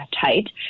tight